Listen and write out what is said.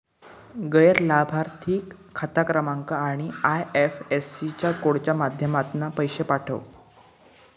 गैर लाभार्थिक खाता क्रमांक आणि आय.एफ.एस.सी कोडच्या माध्यमातना पैशे पाठव